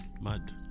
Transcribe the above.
Mad